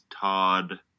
Todd